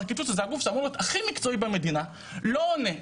פרקליטות שזה הגוף שאמור להיות הכי מקצועי במדינה לא עונה,